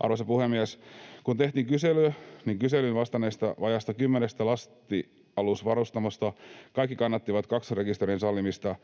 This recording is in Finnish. Arvoisa puhemies! Kun tehtiin kysely, niin kyselyyn vastanneista vajaasta kymmenestä lastialusvarustamosta kaikki kannattivat kaksoisrekisteröinnin sallimista